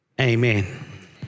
Amen